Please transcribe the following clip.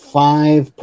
five